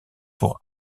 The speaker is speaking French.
pour